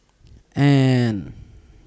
and